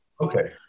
okay